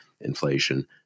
inflation